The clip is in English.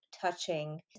touching